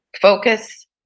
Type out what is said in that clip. focus